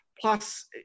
Plus